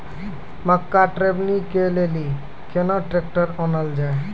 मक्का टेबनी के लेली केना ट्रैक्टर ओनल जाय?